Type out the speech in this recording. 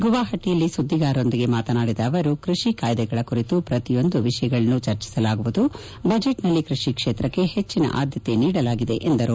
ಗುವಾಹಟಿಯಲ್ಲಿ ಸುದ್ದಿಗಾರರೊಂದಿಗೆ ಮಾತನಾಡಿದ ಅವರು ಕೃಷಿ ಕಾಯ್ಲೆಗಳ ಕುರಿತು ಪ್ರತಿಯೊಂದು ವಿಷಯಗಳನ್ನು ಚರ್ಚಿಸಲಾಗುವುದು ಬಜೆಟ್ನಲ್ಲಿ ಕೃಷಿ ಕ್ಷೇತ್ರಕ್ಷೆ ಹೆಚ್ಚನ ಆದ್ಲತೆ ನೀಡಲಾಗಿದೆ ಎಂದರು